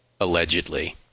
allegedly